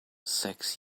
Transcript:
sex